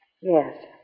Yes